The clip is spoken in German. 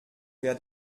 wer